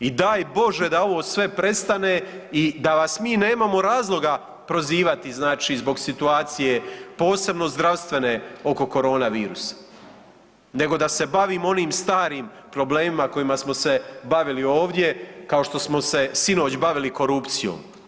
I daj Bože da ovo sve prestane i da vas mi nemamo razloga prozivati, znači zbog situacije posebno zdravstvene oko korona virusa, nego da se bavimo onim starim problemima kojima smo se bavili ovdje kao što smo se sinoć bavili korupcijom.